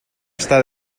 está